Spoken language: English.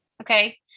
okay